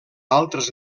altres